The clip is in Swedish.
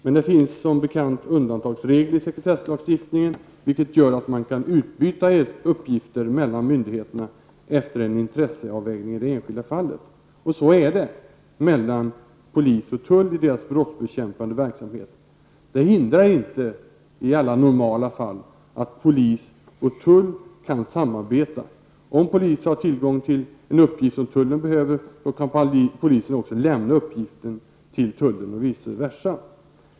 Men det finns som bekant undantagsregler i sekretesslagstiftningen, som gör att man kan utbyta uppgifter mellan myndigheterna efter en intresseavvägning i det enskilda fallet. Så är det mellan polis och tull i deras brottsbekämpande verksamhet. Det hindrar i alla normala fall inte att polis och tull kan samarbeta. Om polis har tillgång till uppgifter som tullen behöver, så kan polisen lämna ut dessa till tullen och vice versa.